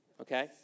okay